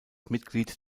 mitglied